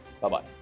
Bye-bye